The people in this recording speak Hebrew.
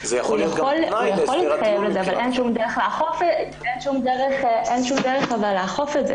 הוא יכול להתחייב אבל אין כל דרך לאכוף את זה.